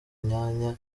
inyanya